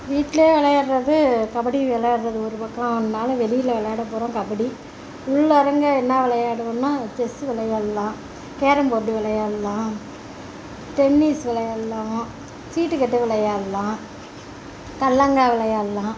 வீட்டுலேயே விளையாடுகிறது கபடி விளையாடுகிறது ஒரு பக்கனாலு வெளியில் விளையாடப் போகிறோம் கபடி உள்ளறங்க என்ன விளையாடுவோம்னா செஸ்ஸு விளையாட்லாம் கேரம் போட் விளையாட்லாம் டென்னீஸ் விளையாட்லாம் சீட்டு கட்டு விளையாட்லாம் கல்லாங்கால் விளையாட்லாம்